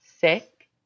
sick